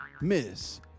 Miss